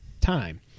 time